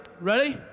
ready